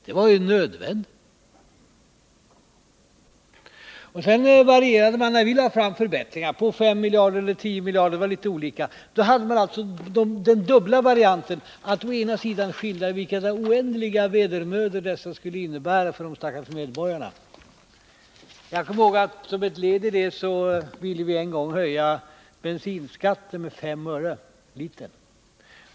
Det var ju nödvändigt. När vi lade fram förslag till förbättringar — det kunde gälla fem miljarder eller tio miljarder, det var litet olika — tog man till den dubbla varianten att å ena sidan skildra vilka oändliga vedermödor detta skulle innebära för de stackars medborgarna, å andra sidan säga — det var herr Mundebo — att det ändå inte var tillräckligt. Jag kommer ihåg att vi som ett led i vår strävan vid något tillfälle ville höja bensinskatten med 5 öre litern.